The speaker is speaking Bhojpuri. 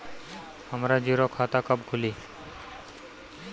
हमरा जीरो खाता कब खुली?